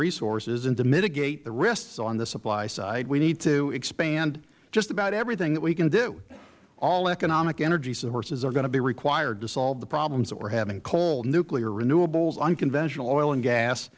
resources and to mitigate the risks on the supply side we need to expand just about everything that we can do all economic energy sources are going to be required to solve the problems that we are having coal nuclear renewable unconventional oil and gas